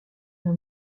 d’un